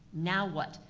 now what?